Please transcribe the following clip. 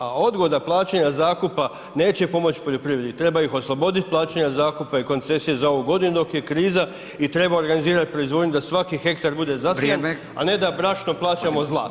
A odgoda plaćanja zakupa neće pomoći poljoprivredi, treba ih osloboditi plaćanja zakupa i koncesije za ovu godinu dok je kriza i treba organizirat proizvodnju da svaki hektar bude zasijan, a ne da brašno plaćamo zlatom.